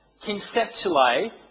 conceptually